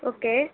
okay